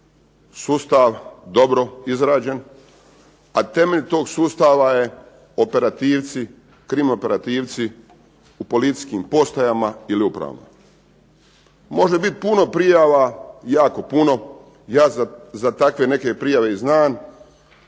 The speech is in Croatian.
sustav dobro izrađen. A temelj toga sustav je operativci, krim operativci u policijskim postajama ili upravama. Može biti puno prijava, jako puno. Ja za takve neke prijave i znam,